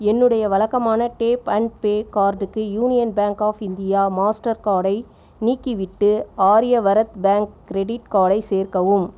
என்னுடைய வழக்கமான tap and pay கார்டுக்கு Union Bank of India Master கார்டை நீக்கிவிட்டு ஆரியவரத் பேங்க் கிரெடிட் கார்டை சேர்க்கவும்